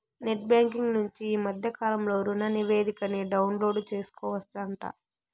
net banking నుంచి ఈ మద్దె కాలంలో రుణనివేదికని డౌన్లోడు సేసుకోవచ్చంట